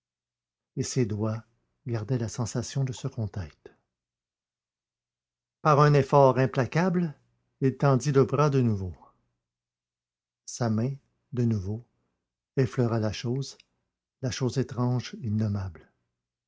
et ses doigts gardaient la sensation de ce contact par un effort implacable il tendit le bras de nouveau sa main de nouveau effleura la chose la chose étrange innommable